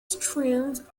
streams